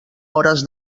hores